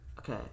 Okay